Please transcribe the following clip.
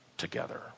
together